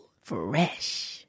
Fresh